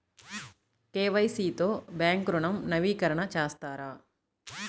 KYC తో bank ఋణం నవీకరణ చేస్తారా?